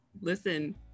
listen